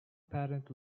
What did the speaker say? patent